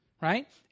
Right